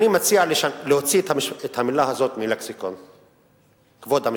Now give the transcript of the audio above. אני מציע להוציא את המלים "כבוד המשפחה"